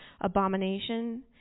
abomination